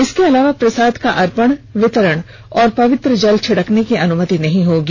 इसके अलावा प्रसाद का अर्पण वितरण और पवित्र जल छिड़कने की अनुमति नहीं होगी